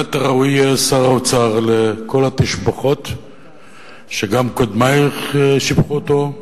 ובהחלט ראוי שר האוצר לכל התשבחות שגם קודמי שיבחו אותו.